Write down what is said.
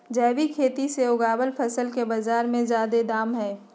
जैविक खेती से उगायल फसल के बाजार में जादे दाम हई